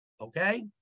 okay